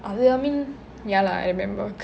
I mean ya lah I remember